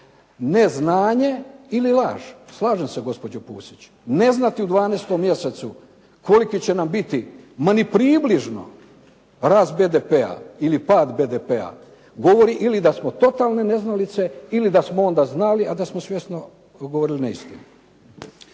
Neznanje ili laž. Slažem se gospođo Pusić, ne znati u 12. mjesecu koliki će nam biti ma ni približno rast BDP-a ili pad BDP-a govori ili da smo totalne neznalice ili da smo onda znali a da smo svjesno govorili neistinu.